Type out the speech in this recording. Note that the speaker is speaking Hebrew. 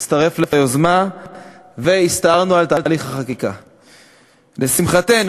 פצוע צה"ל